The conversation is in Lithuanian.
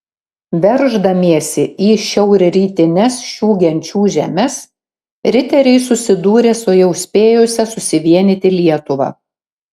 verždamiesi į šiaurrytines šių genčių žemes riteriai susidūrė su jau spėjusia susivienyti lietuva